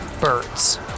birds